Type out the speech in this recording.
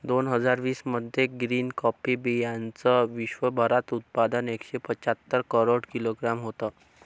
दोन हजार वीस मध्ये ग्रीन कॉफी बीयांचं विश्वभरात उत्पादन एकशे पंच्याहत्तर करोड किलोग्रॅम होतं